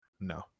No